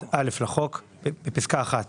תגמול לנכה זכאי לתגמול לפי הכנסה 5. בסעיף 4ד(א) לחוק,